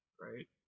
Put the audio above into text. right